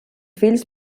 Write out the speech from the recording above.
fills